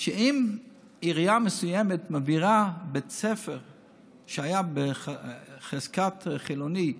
שאם עירייה מסוימת מעבירה בית ספר שהיה בחזקת חילוני,